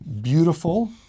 beautiful